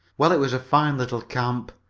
well, it was a fine little camp,